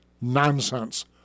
nonsense